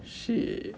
shit